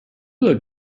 look